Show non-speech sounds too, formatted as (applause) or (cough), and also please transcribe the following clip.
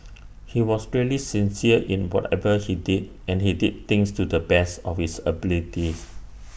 (noise) he was really sincere in whatever he did and he did things to the best of his abilities